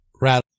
Rattle